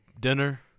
dinner